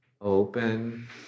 open